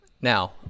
now